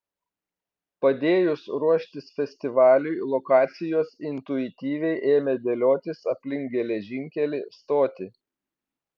padėjus ruoštis festivaliui lokacijos intuityviai ėmė dėliotis aplink geležinkelį stotį